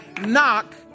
Knock